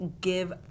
give